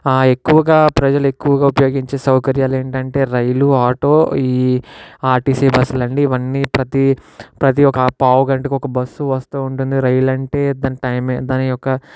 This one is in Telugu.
ఎక్కువగా ప్రజలు ఎక్కువగా ఉపయోగించే సౌకర్యాలు ఏంటి అంటే రైలు ఆటో ఈ ఆర్టీసి బస్సులు అండి ఇవన్నీ ప్రతి ప్రతి ఒక పావు గంటకు ఒక బస్సు వస్తూ ఉంటుంది రైలు అంటే దాని టైం దాని యొక్క